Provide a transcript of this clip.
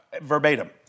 verbatim